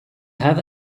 have